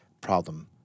problem